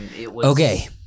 Okay